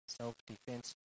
self-defense